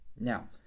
Now